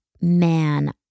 man